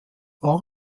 war